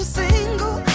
single